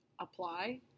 Apply